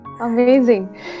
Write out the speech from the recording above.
amazing